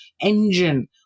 engine